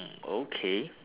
mm okay